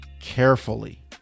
carefully